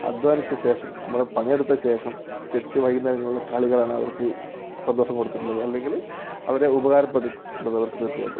അധ്വാനിച്ച ശേഷം നമ്മുടെ പണിയെടുത്ത ശേഷം തിരിച്ചു വൈകുന്നേരങ്ങളില് കളികളാണ് അവർക്ക് സന്തോഷം കൊടുത്തിട്ടുള്ളത് അല്ലെങ്കില് അവർക്ക് ഉപകാരപ്പെട്ടിട്ടുള്ളത് അവർക്ക് തീർച്ചയായിട്ടും